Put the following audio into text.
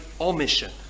Omission